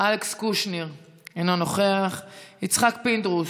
אלכס קושניר, אינו נוכח, יצחק פינדרוס,